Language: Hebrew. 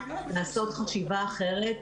לעשות חשיבה אחרת.